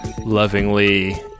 lovingly